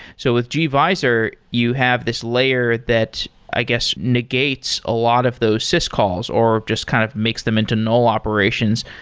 so with gvisor, you have this layer that i guess negates a lot of those syscalls, or just kind of makes them into null operations,